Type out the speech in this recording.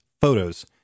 photos